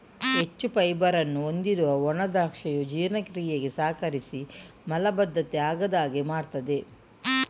ಹೆಚ್ಚು ಫೈಬರ್ ಅನ್ನು ಹೊಂದಿರುವ ಒಣ ದ್ರಾಕ್ಷಿಯು ಜೀರ್ಣಕ್ರಿಯೆಗೆ ಸಹಕರಿಸಿ ಮಲಬದ್ಧತೆ ಆಗದ ಹಾಗೆ ಮಾಡ್ತದೆ